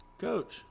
Coach